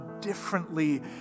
differently